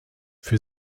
für